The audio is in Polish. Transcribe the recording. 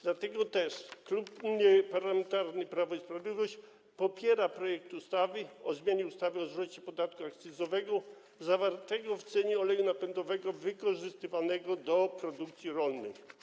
Dlatego też Klub Parlamentarny Prawo i Sprawiedliwość popiera projekt ustawy o zmianie ustawy o zwrocie podatku akcyzowego zawartego w cenie oleju napędowego wykorzystywanego do produkcji rolnej.